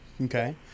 Okay